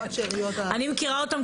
אני מכירה אותם,